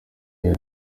iyo